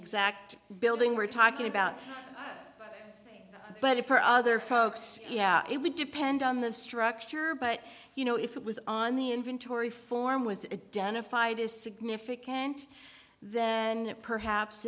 exact building we're talking about but if for other folks yeah it would depend on the structure but you know if it was on the inventory form was it done a fight is significant then perhaps